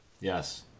Yes